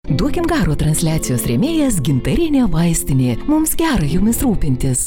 duokim garo transliacijos rėmėjas gintarinė vaistinė mums gera jumis rūpintis